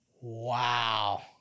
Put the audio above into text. Wow